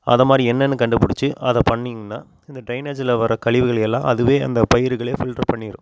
அதை மாதிரி என்னென்னு கண்டுபிடிச்சி அதை பண்ணிங்கன்னால் இந்த டிரைனேஜுல் வர கழிவுகளை எல்லாம் அதுவே அந்த பயிருகளே ஃபில்ட்ரு பண்ணிடும்